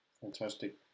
Fantastic